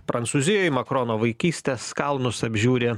prancūzijoj makrono vaikystės kalnus apžiūri